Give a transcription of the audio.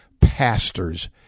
pastors